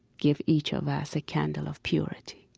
give each of us a candle of purity,